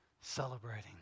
celebrating